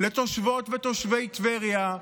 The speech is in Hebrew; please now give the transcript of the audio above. לתושבות ותושבי טבריה.